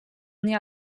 nia